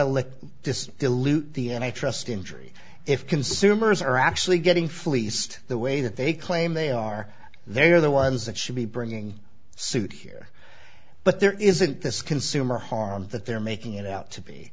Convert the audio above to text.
let just dilute the any trust injury if consumers are actually getting fleeced the way that they claim they are they are the ones that should be bringing suit here but there isn't this consumer harm that they're making it out to be